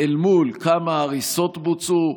אל מול כמה הריסות בוצעו,